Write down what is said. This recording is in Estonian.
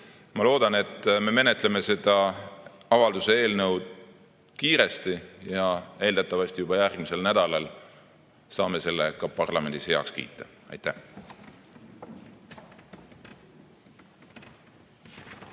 Ma loodan, et me menetleme seda avalduse eelnõu kiiresti ja eeldatavasti juba järgmisel nädalal saame selle ka parlamendis heaks kiita. Aitäh!